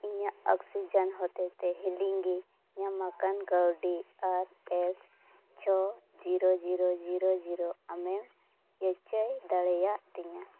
ᱤᱧᱟᱹᱜ ᱚᱠᱥᱤᱡᱮᱱ ᱦᱚᱛᱮᱡ ᱛᱮ ᱦᱟᱹᱞᱤ ᱜᱮ ᱧᱟᱢ ᱟᱠᱟᱱ ᱠᱟᱹᱣᱰᱤ ᱟᱨᱮᱥ ᱪᱷᱚ ᱡᱤᱨᱳ ᱡᱤᱨᱳ ᱡᱤᱨᱳ ᱡᱤᱨᱳ ᱟᱢᱮᱢ ᱡᱟᱪᱟᱭ ᱫᱟᱲᱮᱭᱟᱜ ᱛᱤᱧᱟ